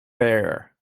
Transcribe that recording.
bare